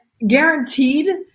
Guaranteed